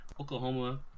Oklahoma